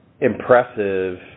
impressive